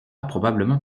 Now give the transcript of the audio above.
probablement